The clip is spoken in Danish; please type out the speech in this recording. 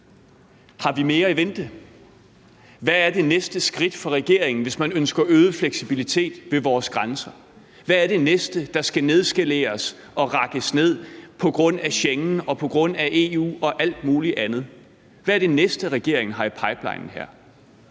være mere fleksibelt. Hvad er det næste skridt for regeringen, hvis man ønsker øget fleksibilitet ved vores grænser? Hvad er det næste, der skal nedskaleres og rakkes ned på grund af Schengen og på grund af EU og alt muligt andet? Hvad er det næste, regeringen har i pipelinen her?